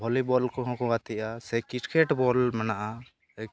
volleyball ᱠᱚᱦᱚᱸᱠᱚ ᱜᱟᱛᱮᱜᱼᱟ ᱥᱮ ᱠᱨᱤᱠᱮᱴᱵᱚᱞ ᱢᱮᱱᱟᱜᱼᱟ